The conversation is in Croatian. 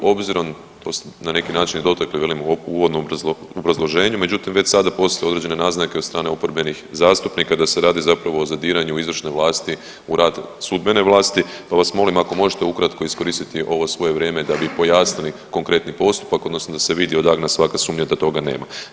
Obzirom, to ste na neki način dotakli velim u uvodnom obrazloženju, međutim već sada postoje određene naznake od strane oporbenih zastupnika da se radi zapravo o zadiranju izvršne vlasti u rad sudbene vlasti, pa vas molim ako možete ukratko iskoristiti ovo svoje vrijeme da bi pojasnili konkretni postupak odnosno da se vidi, odagna svaka sumnja da toga nema.